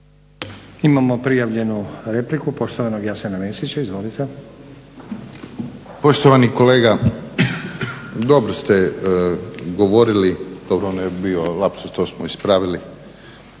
Imamo prijavljenu repliku poštovanog Jasena Mesića. Izvolite. **Mesić, Jasen (HDZ)** Poštovani kolega, dobro ste govorili dobro ono je bio lapsus to smo ispravili,